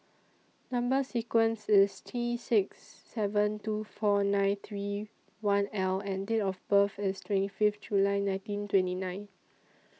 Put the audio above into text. Number sequence IS T six seven two four nine three one L and Date of birth IS twenty Fifth July nineteen twenty nine